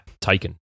taken